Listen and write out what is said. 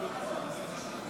כמה פעמים אני צריך לקרוא לך?